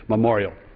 memorial.